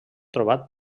trobat